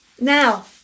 Now